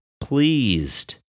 pleased